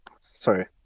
Sorry